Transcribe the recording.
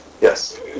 yes